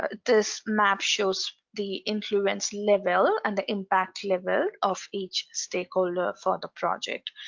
ah this map shows the influence level and the impact level of each stakeholder for the project.